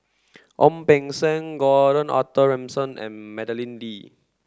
Ong Beng Seng Gordon Arthur Ransome and Madeleine Lee